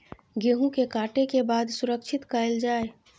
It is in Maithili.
गेहूँ के काटे के बाद सुरक्षित कायल जाय?